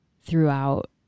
throughout